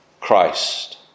Christ